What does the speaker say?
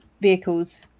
vehicles